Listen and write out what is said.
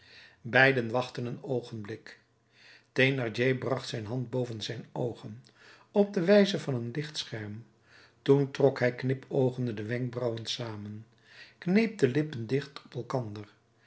beiden wachtten een oogenblik thénardier bracht zijn hand boven zijn oogen op de wijze van een lichtscherm toen trok hij knipoogende de wenkbrauwen samen kneep de lippen dicht op elkander